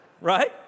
Right